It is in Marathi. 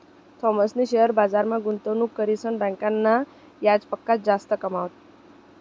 थॉमसनी शेअर बजारमा गुंतवणूक करीसन बँकना याजपक्सा जास्त कमावात